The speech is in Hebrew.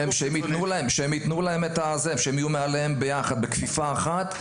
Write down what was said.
שהם יהיו מעליהם בכפיפה אחת,